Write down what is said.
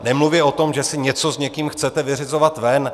Nemluvě o tom, že si něco s někým chcete vyřizovat ven.